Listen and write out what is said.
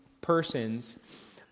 persons